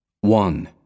One